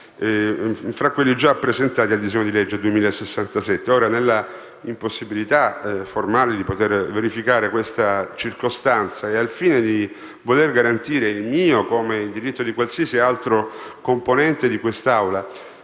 tra quelli già presentati al disegno di legge n. 2067. Siamo nell'impossibilità formale di verificare questa circostanza; al fine di garantire il mio diritto e quello di qualsiasi altro componente di questa